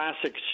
classic